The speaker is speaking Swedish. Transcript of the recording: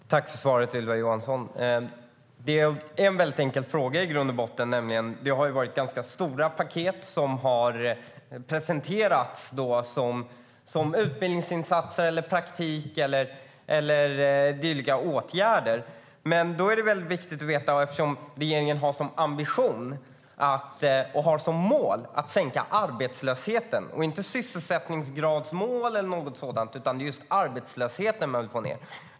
Fru talman! Jag vill tacka Ylva Johansson för svaret. Det är i grund och botten en väldigt enkel fråga. Ganska stora paket har presenterats som utbildningsinsatser, praktik eller dylika åtgärder. Regeringen har som ambition och mål att sänka arbetslösheten och har inte sysselsättningsgradsmål eller något sådant. Det är just arbetslösheten som de vill få ned.